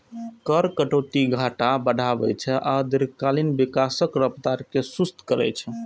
कर कटौती घाटा बढ़ाबै छै आ दीर्घकालीन विकासक रफ्तार कें सुस्त करै छै